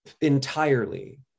entirely